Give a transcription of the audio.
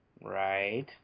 Right